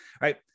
right